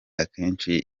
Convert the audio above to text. akenshi